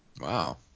Wow